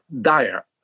dire